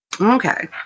Okay